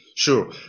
Sure